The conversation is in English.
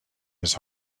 his